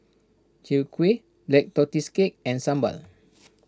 Chwee Kueh Black Tortoise Cake and Sambal